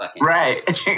Right